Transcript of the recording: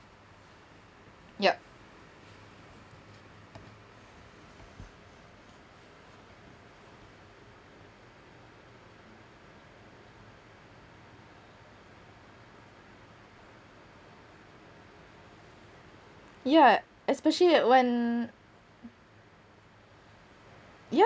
yup yeah especially when